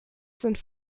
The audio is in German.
sind